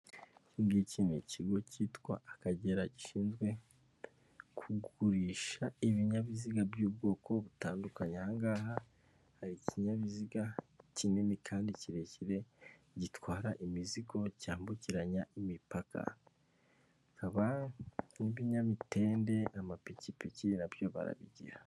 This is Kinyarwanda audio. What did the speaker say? Ikingiki ni ikigo kitwa Akagera gishinzwe kugurisha ibinyabiziga by'ubwoko butandukanye. Ahangaha hari ikinyabiziga kinini kandi kirekire gitwara imizigo cyambukiranya imipaka. hakaba n'ibinyamitende, amapikipiki nabyo barabigira.